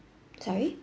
sorry